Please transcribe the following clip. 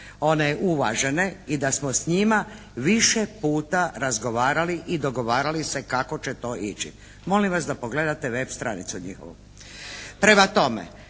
one uvažene i da smo s njima više puta razgovarali i dogovarali se kako će to ići. Molim vas da pogledate web stranicu njihovu. Prema tome,